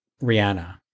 Rihanna